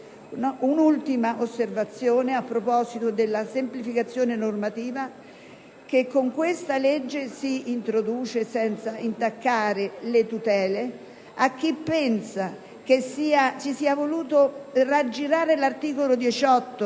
Un'ultima osservazione a proposito della semplificazione normativa che con questa legge si introduce senza intaccare le tutele: a chi pensa che si sia voluto aggirare l'articolo 18